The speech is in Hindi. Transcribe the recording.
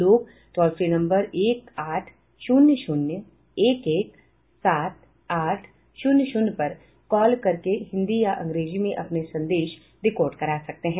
लोग टोल फ्री नम्बर एक आठ शून्य शून्य एक एक सात आठ शून्य शून्य पर कॉल करके हिन्दी या अंग्रेजी में अपने संदेश रिकॉर्ड करा सकते हैं